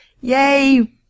Yay